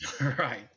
Right